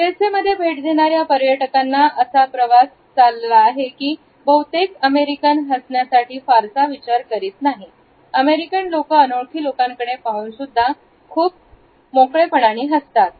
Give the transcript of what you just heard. U S A मध्ये भेट देणाऱ्या पर्यटकांना असा प्रवास चालला आहे की बहुतेक अमेरिकन हसण्यासाठी फारसा विचार करीत नाही अमेरिकन लोकं अनोळखी लोकांकडे पाहून सुद्धा खूप हसतात